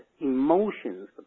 emotions